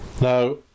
Now